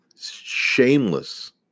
Shameless